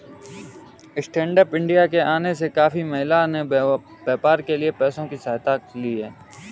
stand up India के आने से काफी महिलाओं ने व्यापार के लिए पैसों की सहायता ली है